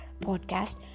podcast